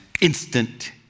instant